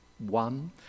One